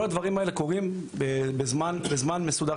כל הדברים האלה קורים בזמן מסודר,